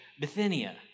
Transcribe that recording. Bithynia